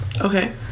Okay